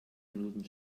minuten